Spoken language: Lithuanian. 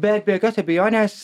bet be jokios abejonės